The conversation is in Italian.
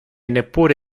neppure